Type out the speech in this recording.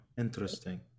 Interesting